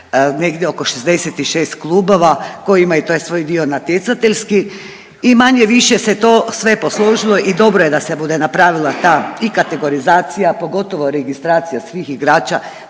negdje oko 66 klubova koji imaju taj svoj dio natjecateljski i manje-više se to sve posložilo i dobro je da se bude napravila ta i kategorizacija, pogotovo registracija svih igrača